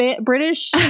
british